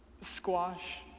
Squash